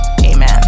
amen